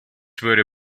würde